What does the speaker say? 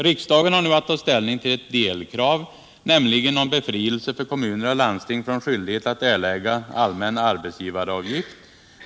Riksdagen har nu att ta ställning till ett delkrav, nämligen om befrielse för kommuner och landsting från skyldighet at erlägga allmän arbetsgivaravgift.